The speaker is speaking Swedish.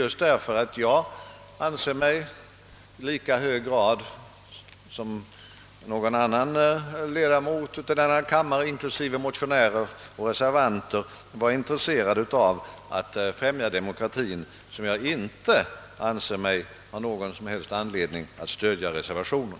Just därför att jag anser mig vara lika intresserad av att främja demokratien som någon annan ledamot av denna kammare — inklusive motionärer och reservanter — anser jag mig inte ha någon som helst anledning att stödja reservationen.